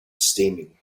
steaming